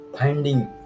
finding